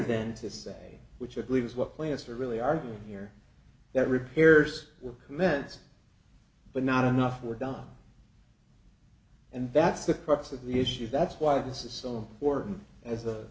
than to say which i believe is what plants are really are here that repairs will commence but not enough were done and that's the crux of the issue that's why this is so important as a